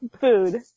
Food